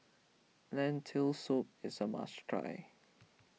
Lentil Soup is a must try